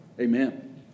Amen